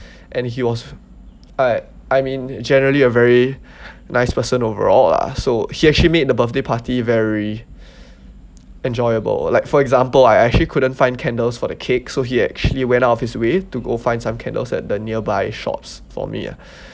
and he was I I mean generally a very nice person overall lah so he actually made the birthday party very enjoyable like for example I actually couldn't find candles for the cake so he actually went out of his way to go find some candles at the nearby shops for me ah